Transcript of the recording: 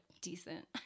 decent